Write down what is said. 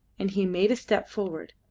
and he made a step forward.